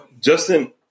Justin